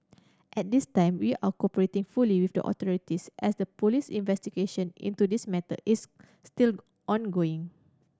at this time we are cooperating fully with the authorities as a police investigation into this matter is still ongoing